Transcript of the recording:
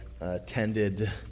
attended